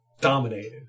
dominated